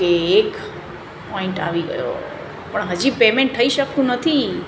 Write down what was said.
okay એક point આવી ગયો પણ હજી પેમેન્ટ થઈ શકતું નથી